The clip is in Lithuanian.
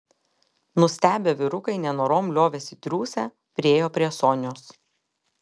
nustebę vyrukai nenorom liovėsi triūsę priėjo prie sonios